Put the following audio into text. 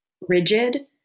rigid